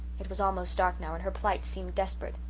it was almost dark now and her plight seemed desperate.